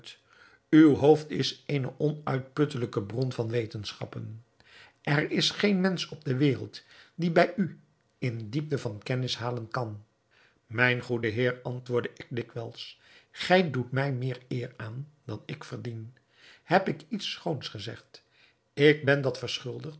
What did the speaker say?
uw hoofd is eene onuitputtelijke bron van wetenschappen er is geen mensch op de wereld die bij u in diepte van kennis halen kan mijn goede heer antwoordde ik dikwijls gij doet mij meer eer aan dan ik verdien heb ik iets schoons gezegd ik ben dat verschuldigd